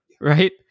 right